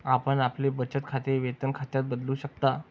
आपण आपले बचत खाते वेतन खात्यात बदलू शकता